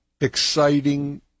exciting